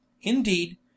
indeed